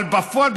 אבל בפועל,